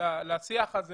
לשיח הזה